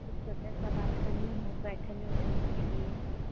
एक छोटा सा बालकनी हो बैठने उठने के लिए